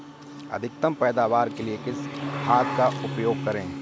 अधिकतम पैदावार के लिए किस खाद का उपयोग करें?